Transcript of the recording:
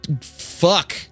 Fuck